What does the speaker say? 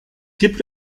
gibt